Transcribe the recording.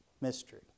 mystery